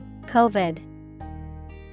COVID